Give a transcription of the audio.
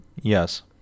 Yes